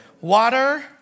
Water